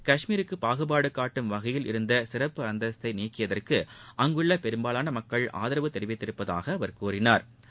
கஷ்மீருக்கு பாகுபாடு காட்டும் வகையில் இருந்த சிறப்பு அந்தஸ்தை நீக்கியதற்கு அங்குள்ள பெரும்பாலான மக்கள் ஆதரவு தெரிவித்துள்ளதாக கூறினாா்